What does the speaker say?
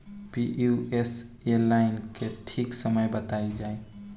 Pusa nine के ठीक समय बताई जाई?